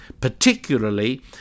particularly